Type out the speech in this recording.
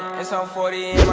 i saw forty eight